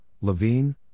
Levine